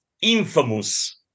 infamous